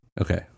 Okay